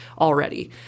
already